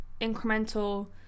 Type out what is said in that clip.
incremental